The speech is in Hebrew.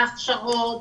להכשרות.